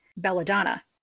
belladonna